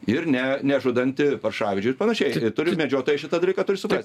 ir ne nežudant paršavedžių ir panašiai turit medžiotojai šitą dalyką turi suprast